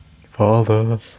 Father